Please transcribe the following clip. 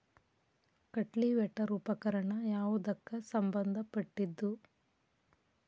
Cultivator ಉಪಕರಣ ಯಾವದಕ್ಕ ಸಂಬಂಧ ಪಟ್ಟಿದ್ದು?